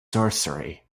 sorcery